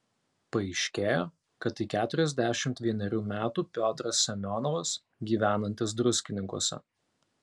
paaiškėjo kad tai keturiasdešimt vienerių metų piotras semionovas gyvenantis druskininkuose